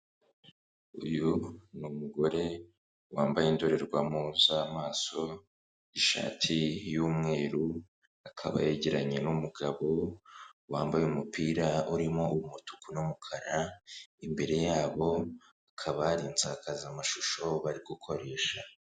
Uyu ni umugore wambaye indorerwamo z'amaso, ishati y'umweru, akaba yegeranye n'umugabo wambaye umupira urimo umutuku n'umukara, imbere yabo hakaba hari insakazamashusho bari gukoresha.